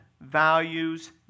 values